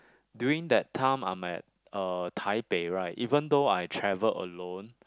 during that time I'm at uh Taipei right even though I travel alone